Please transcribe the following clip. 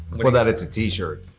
before that it's a t-shirt.